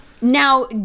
Now